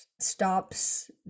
stops